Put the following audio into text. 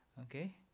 Okay